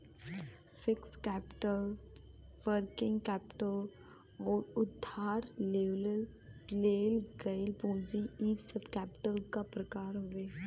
fixed capital working capital आउर उधार लेवल गइल पूंजी इ सब कैपिटल क प्रकार हउवे